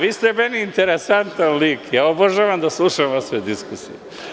Vi ste meni interesantan lik i ja obožavam da slušam vašu diskusiju.